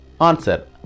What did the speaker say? Answer